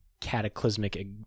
cataclysmic